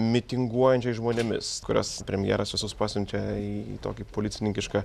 mitinguojančiais žmonėmis kuriuos premjeras visus pasiuntė į tokį policininkišką